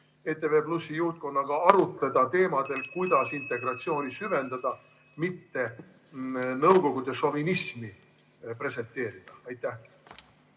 ERR-i juhtkonnaga arutada teemadel, kuidas integratsiooni süvendada, mitte nõukogude šovinismi presenteerida.